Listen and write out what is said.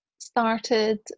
started